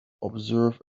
observe